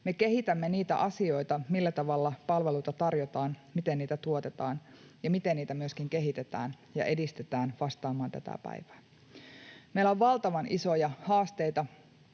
me kehitämme niitä asioita, millä tavalla palveluita tarjotaan, miten niitä tuotetaan ja miten niitä myöskin kehitetään ja edistetään vastaamaan tätä päivää. Meillä on valtavan isoja haasteita